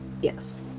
Yes